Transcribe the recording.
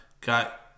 got